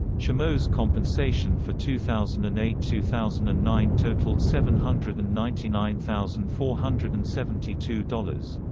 chameau's compensation for two thousand and eight two thousand and nine totaled seven hundred and ninety nine thousand four hundred and seventy two dollars.